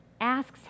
asks